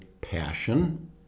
passion